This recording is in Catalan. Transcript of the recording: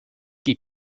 qui